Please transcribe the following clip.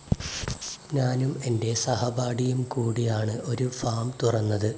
ഞാനും എൻ്റെ സഹപാഠിയും കൂടിയാണ് ഒരു ഫാം തുറന്നത്